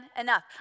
enough